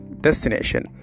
destination